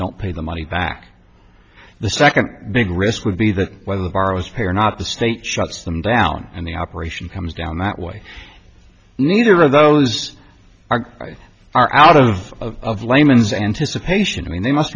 don't pay the money back the second big risk would be that whether the borrowers pay or not the state shuts them down and the operation comes down that way neither of those are are out of of layman's anticipation i mean they must